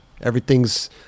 Everything's